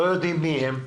לא יודעים מי הם,